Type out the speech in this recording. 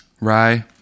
Rye